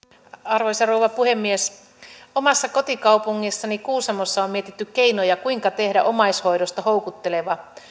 arvoisa rouva puhemies omassa kotikaupungissani kuusamossa on mietitty keinoja kuinka tehdä omaishoidosta houkutteleva